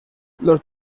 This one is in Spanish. los